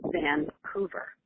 Vancouver